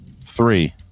Three